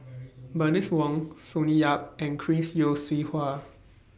Bernice Wong Sonny Yap and Chris Yeo Siew Hua